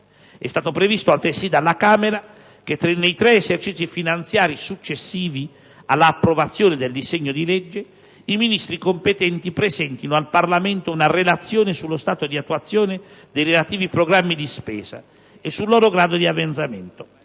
È stato altresì previsto dalla Camera che nei tre esercizi finanziari successivi alla approvazione del disegno di legge, i Ministri competenti presentino al Parlamento una relazione sullo stato di attuazione dei relativi programmi di spesa e sul loro grado di avanzamento,